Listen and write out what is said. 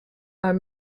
are